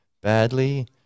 badly